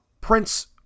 Prince